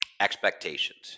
expectations